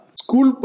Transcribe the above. school